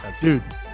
dude